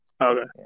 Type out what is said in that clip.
Okay